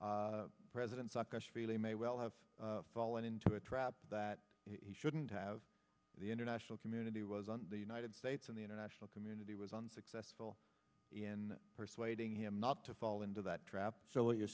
president saakashvili may well have fallen into a trap that he shouldn't have the international community wasn't the united states and the international community was unsuccessful in persuading him not to fall into that trap so what you're